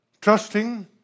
Trusting